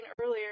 earlier